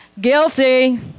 Guilty